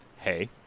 hey